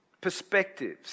perspectives